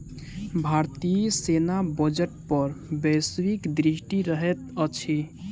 भारतीय सेना बजट पर वैश्विक दृष्टि रहैत अछि